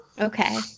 Okay